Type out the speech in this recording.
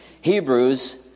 Hebrews